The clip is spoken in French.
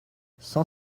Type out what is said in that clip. cent